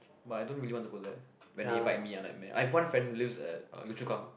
but I don't really want to go there when they invite me lah like meh I have one friend who lives at uh Yio-Chu-Kang